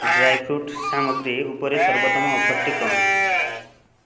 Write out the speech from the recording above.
dry fruit ସାମଗ୍ରୀ ଉପରେ ସର୍ବୋତ୍ତମ ଅଫର୍ଟି କ'ଣ